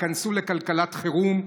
היכנסו לכלכלת חירום,